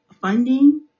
funding